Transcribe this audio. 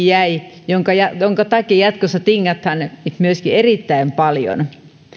jäi minkä takia myöskin jatkossa tingataan erittäin paljon